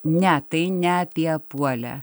ne tai ne apie apuolę